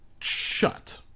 shut